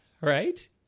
right